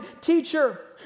Teacher